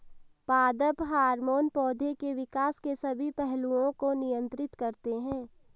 पादप हार्मोन पौधे के विकास के सभी पहलुओं को नियंत्रित करते हैं